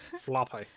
Floppy